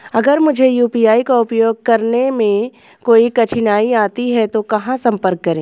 अगर मुझे यू.पी.आई का उपयोग करने में कोई कठिनाई आती है तो कहां संपर्क करें?